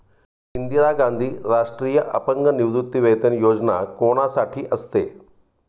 इंदिरा गांधी राष्ट्रीय अपंग निवृत्तीवेतन योजना कोणासाठी असते?